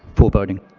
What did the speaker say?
for voting.